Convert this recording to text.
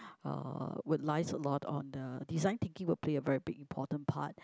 uh would lies a lot on the design thinking would play a very big important part